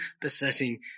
besetting